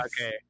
Okay